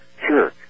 Sure